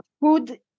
food